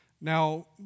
Now